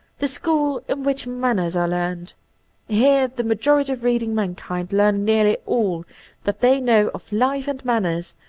the school in which manners are learned here the ma jority of reading mankind learn nearly all that they know of life and manners,